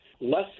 Less